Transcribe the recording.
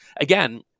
again